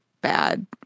bad